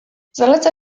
zaleca